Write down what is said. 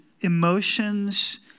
emotions